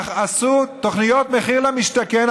עשו תוכניות מחיר למשתכן,